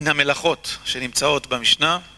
מהמלאכות שנמצאות במשנה